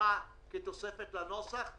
הנוסחה כתוספת לנוסח?